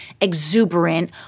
exuberant